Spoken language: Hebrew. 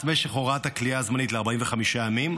משך הוראת הכליאה הזמנית ל-45 ימים,